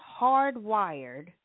hardwired